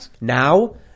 now